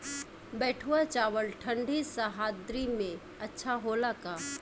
बैठुआ चावल ठंडी सह्याद्री में अच्छा होला का?